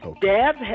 Dad